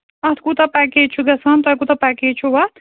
اَتھ کوٗتاہ پیکیج چھُ گژھان تۄہہِ کوٗتاہ پیکیج چھُو اَتھ